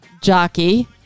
jockey